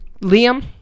Liam